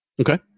Okay